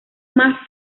más